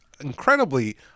incredibly